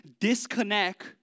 disconnect